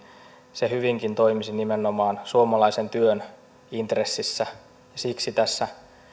se hyvinkin toimisi nimenomaan suomalaisen työn intressissä siksi tässä